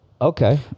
Okay